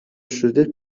شده